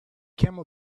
camel